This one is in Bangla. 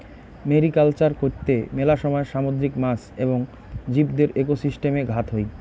মেরিকালচার কৈত্তে মেলা সময় সামুদ্রিক মাছ এবং জীবদের একোসিস্টেমে ঘাত হই